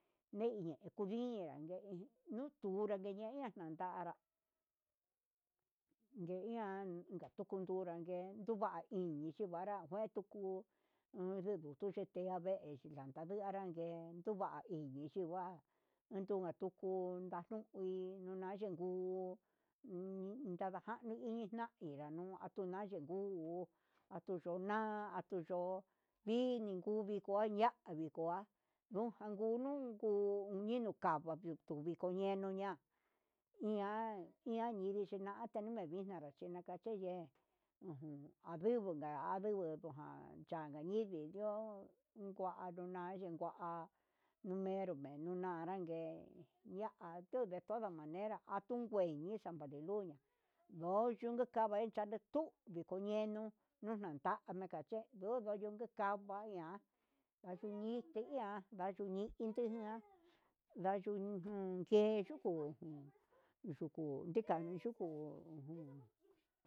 Ñei nukunra nindiojan nrada de ian ngatukun kunranguen, nduva inri chunragua gue tuku aduche tundia vee, he chinraji anran ngue otunguan iguii chiva'a ndujan tuku ndanui, nuna kuu ini nunaku nanrakai nayuna nuu nayee ngu ngu atuyu na'a atuyo vini kuu kivo ya'á andikua nujan nguu nuku ninu kava yuu, tuvixnenu ña'a iha iha niñi china tundevixna chinaka cheye'e ujun avigo ha hu avigo tuña changavine he dio uun ngua nai yengua numero me'en ñarangue ña'a tu detoda manera atuguen ni san varentuña ndoyunku kava'a chanrentu, viko enuu nunankame kache yondo ndunku kava'a iha ayuniti iha ndani inti ian ndajunjan ke'e yuku, yuku nrika niyuku ujun.